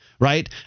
right